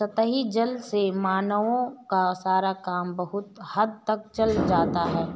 सतही जल से मानवों का सारा काम बहुत हद तक चल जाता है